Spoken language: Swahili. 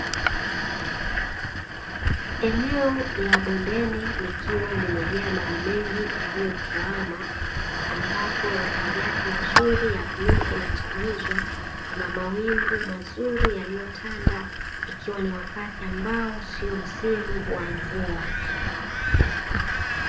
Eneo la bondeni likiwa limejaa maji mengi yaliyotuama, ambapo rangi yake nzuri ya bluu inachagizwa na mawingu mazuri yaliyotanda, ikiwa ni wakati ambao sio msimu wa mvua.